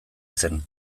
zen